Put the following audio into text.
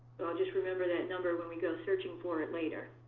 so i'll just remember that number when we go searching for it later.